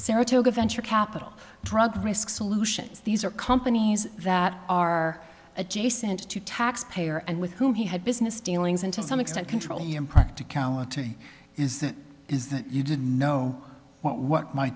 saratoga venture capital drug risk solutions these are companies that are adjacent to taxpayer and with whom he had business dealings and to some extent control impracticality is that is that you didn't know what m